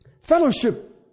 fellowship